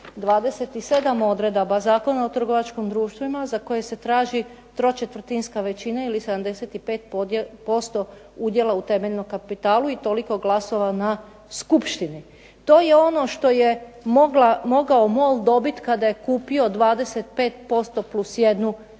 27 odredaba Zakona o trgovačkom društvu ima za koje se traži tročetvrtinska većina ili 75% udjela u temeljnom kapitalu i toliko glasova na skupštini. To je ono što je mogao MOL dobiti kada je kupio 25% plus jednu dionicu.